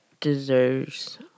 deserves